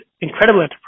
incredible